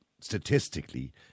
statistically